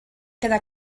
queda